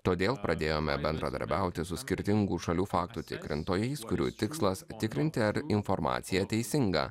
todėl pradėjome bendradarbiauti su skirtingų šalių faktų tikrintojais kurių tikslas tikrinti ar informacija teisinga